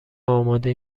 آماده